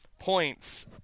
points